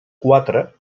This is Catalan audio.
quatre